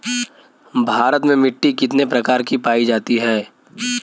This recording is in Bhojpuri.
भारत में मिट्टी कितने प्रकार की पाई जाती हैं?